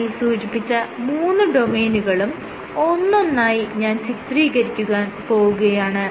മേൽ സൂചിപ്പിച്ച മൂന്ന് ഡൊമെയ്നുകളും ഒന്നൊന്നായി ഞാൻ ചിത്രീകരിക്കുവാൻ പോകുകയാണ്